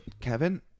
Kevin